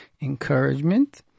encouragement